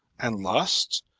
and lust,